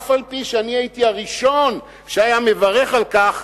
אף-על-פי שאני הייתי הראשון שהיה מברך על כך,